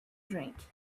drink